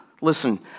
listen